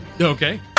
Okay